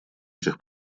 этих